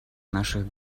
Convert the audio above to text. наших